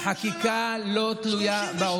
רבותיי,